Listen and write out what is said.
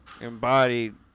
embodied